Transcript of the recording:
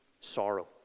sorrow